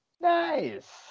Nice